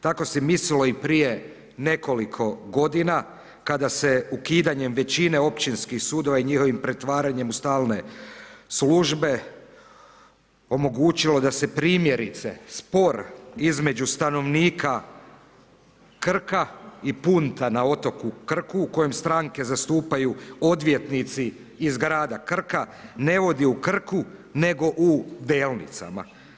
Tako se mislilo i prije nekoliko godina kada se ukidanjem većine općinskih sudova i njihovim pretvaranjem u stalne službe omogućilo da se primjerice, spor između stanovnika Krka i Punta na otoku Krku u kojem stranke zastupaju odvjetnice iz grada Krka, ne vodi u Krku nego u Delnicama.